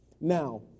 Now